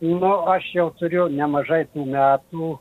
nu aš jau turiu nemažai metų